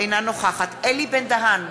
אינה נוכחת אלי בן-דהן,